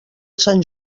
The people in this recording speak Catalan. sant